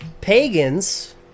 Pagans